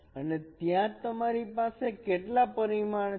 અને ત્યાં તમારી પાસે કેટલા પરિમાણ છે